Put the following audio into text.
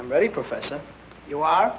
i'm ready profession you are